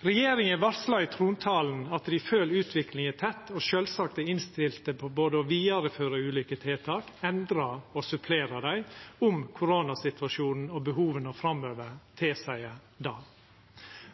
Regjeringa varsla i trontalen at dei følgjer utviklinga tett og sjølvsagt er innstilt på både å vidareføra ulike tiltak, endra og supplera dei, om koronasituasjonen og behova framover tilseier det.